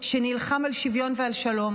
שנלחם על שוויון ועל שלום,